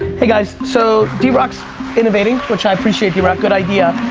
hey guys. so d rock's innovating, which i appreciate d rock good idea,